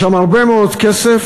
יש שם הרבה מאוד כסף,